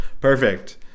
Perfect